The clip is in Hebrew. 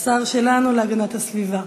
השר שלנו להגנת הסביבה.